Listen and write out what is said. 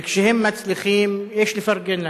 וכשהם מצליחים יש לפרגן להם.